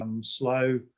slow